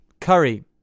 Curry